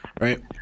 right